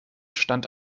stand